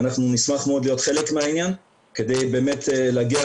אנחנו נשמח מאוד להיות חלק מהעניין כדי באמת להגיע